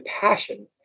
passion